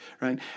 right